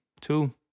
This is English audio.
Two